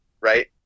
right